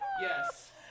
Yes